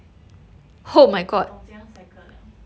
我懂怎样 cycle liao